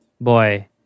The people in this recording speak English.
boy